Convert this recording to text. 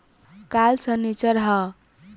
काल्ह सनीचर ह